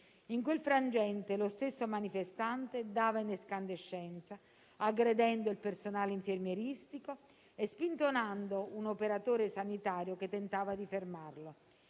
In quel frangente, lo stesso manifestante dava in escandescenza, aggredendo il personale infermieristico e spintonando un operatore sanitario che tentava di fermarlo.